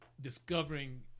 discovering